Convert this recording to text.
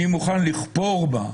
אני מוכן לכפור בה.